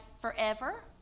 forever